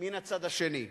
מן הצד השני.